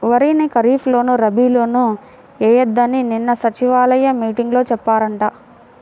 వరిని ఖరీప్ లోను, రబీ లోనూ ఎయ్యొద్దని నిన్న సచివాలయం మీటింగులో చెప్పారంట